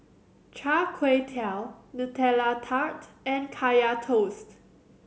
Char Kway Teow Nutella Tart and Kaya Toast